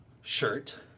shirt